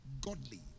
Godly